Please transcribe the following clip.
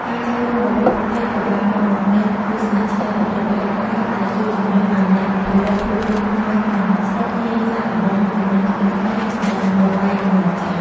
ការចូលរួមរបស់ពួកគេក៏បាននាំមកនូវ ទស្សនៈច្នៃប្រឌិត ប្លែកៗ ដែលជួយជំរុញឱ្យអ្នកផលិតភាពយន្តខ្មែរក្នុងស្រុកហ៊ានសាកល្បងគំនិតថ្មីៗ និងបំបែកទម្លាប់ចាស់។